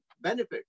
benefit